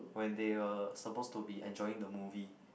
when they were suppose to be enjoying the movie